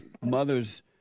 mothers